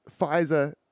Pfizer